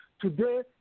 Today